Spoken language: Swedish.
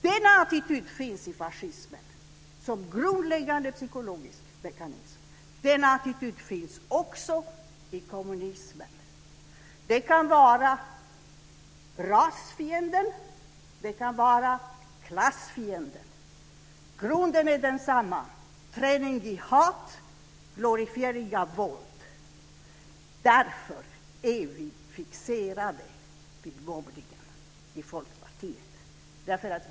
Denna attityd finns i fascismen som en grundläggande psykologisk mekanism. Denna attityd finns också i kommunismen. Det kan vara rasfiender. Det kan vara klassfiender. Grunden är densamma: Träning i hat, glorifiering av våld. Därför är vi i Folkpartiet fixerade vid mobbningen.